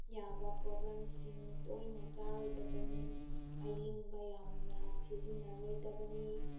ꯌꯥꯕ ꯄꯣꯠꯂꯝꯁꯤꯡ ꯇꯣꯏꯅ ꯆꯥꯔꯣꯏꯗꯕꯅꯤ ꯑꯏꯪꯕ ꯌꯥꯝꯅ ꯁꯤꯖꯤꯟꯅꯔꯣꯏꯗꯕꯅꯤ